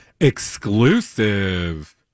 Exclusive